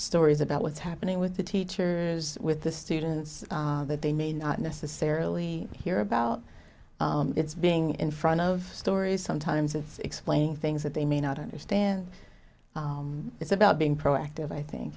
stories about what's happening with the teachers with the students that they may not necessarily hear about it's being in front of stories sometimes of explaining things that they may not understand it's about being proactive i think